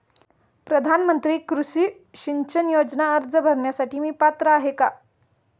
प्रधानमंत्री कृषी सिंचन योजना अर्ज भरण्यासाठी मी पात्र आहे का?